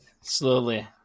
Slowly